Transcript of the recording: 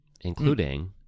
including